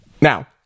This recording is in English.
Now